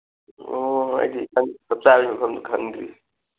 ꯑꯣ ꯑꯩꯗꯤ ꯆꯞ ꯆꯥꯕ ꯃꯐꯝꯗꯣ ꯈꯪꯗ꯭ꯔꯤ